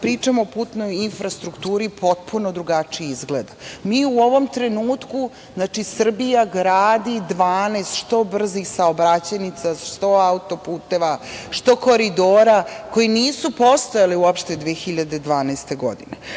pričamo o putnoj infrastrukturi, potpuno drugačije izgleda. Dakle, Srbija gradi 12, što brzih saobraćajnica, što auto-puteva, što koridora koji nisu postojali uopšte 2012. godine. Danas,